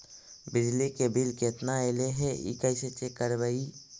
बिजली के बिल केतना ऐले हे इ कैसे चेक करबइ?